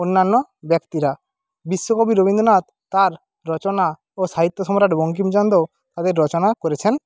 অন্যান্য ব্যক্তিরা বিশ্বকবি রবীন্দ্রনাথ তার রচনা ও সাহিত্যসম্রাট বঙ্কিমচন্দ্র ও তাদের রচনা করেছেন